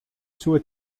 sue